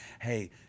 Hey